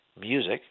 music